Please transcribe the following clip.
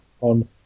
on